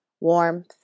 warmth